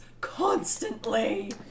constantly